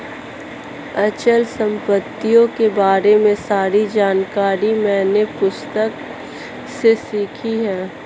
अचल संपत्तियों के बारे में सारी जानकारी मैंने पुस्तक से सीखी है